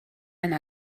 eine